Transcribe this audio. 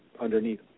underneath